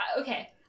Okay